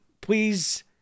please